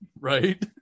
right